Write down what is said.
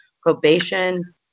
probation